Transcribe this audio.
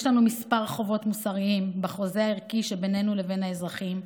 יש לנו כמה חובות מוסריים בחוזה הערכי שבינינו לבין האזרחים,